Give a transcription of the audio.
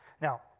Now